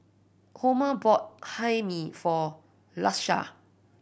Homer bought Hae Mee for Lakesha